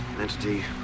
entity